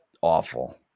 awful